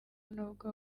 n’ubwo